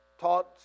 taught